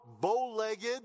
bow-legged